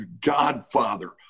Godfather